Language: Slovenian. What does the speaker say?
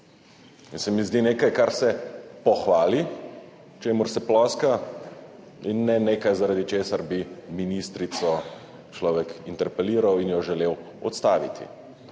se mi zdi nekaj kar se pohvali, čemur se ploska in ne nekaj, zaradi česar bi ministrico človek interpeliral in jo želel odstaviti.